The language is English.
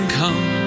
come